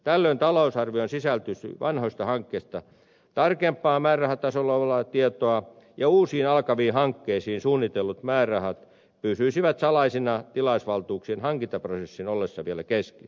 tällöin talousarvioon sisältyisi vanhoista hankkeista tarkempaa määrärahatasolla olevaa tietoa ja uusiin alkaviin hankkeisiin suunnitellut määrärahat pysyisivät salaisina tilausvaltuuksien hankintaprosessin ollessa vielä kesken